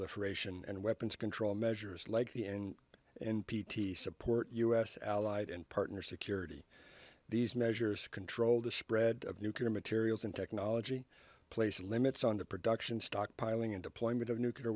nonproliferation and weapons control measures like the end of n p t support u s allied and partner security these measures to control the spread of nuclear materials and technology place limits on the production stockpiling and deployment of nuclear